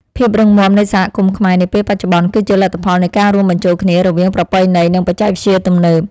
ភាពរឹងមាំនៃសហគមន៍ខ្មែរនាពេលបច្ចុប្បន្នគឺជាលទ្ធផលនៃការរួមបញ្ចូលគ្នារវាងប្រពៃណីនិងបច្ចេកវិទ្យាទំនើប។